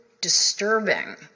disturbing